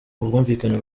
ubwumvikane